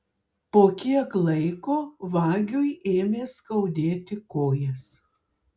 po kiek laiko vagiui ėmė skaudėti kojas